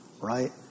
right